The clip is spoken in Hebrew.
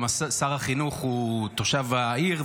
גם שר החינוך הוא תושב העיר,